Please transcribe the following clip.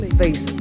face